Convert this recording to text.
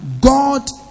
god